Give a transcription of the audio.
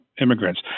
immigrants